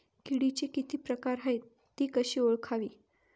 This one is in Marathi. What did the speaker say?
किडीचे किती प्रकार आहेत? ति कशी ओळखावी?